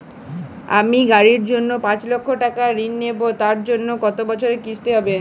আমি গাড়ির জন্য পাঁচ লক্ষ টাকা ঋণ নেবো তার জন্য কতো বছরের কিস্তি হবে?